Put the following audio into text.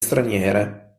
straniere